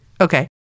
Okay